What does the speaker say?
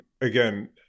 again